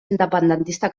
independentista